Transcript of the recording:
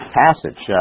passage